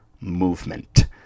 movement